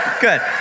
good